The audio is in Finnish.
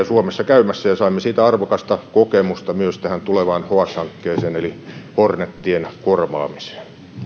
suomessa käymässä ja saimme siitä arvokasta kokemusta myös tulevaan hx hankkeeseen eli hornetien korvaamiseen